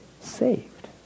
saved